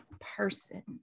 person